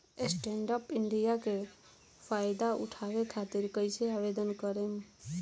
Stand up India के फाइदा उठाओ खातिर कईसे आवेदन करेम?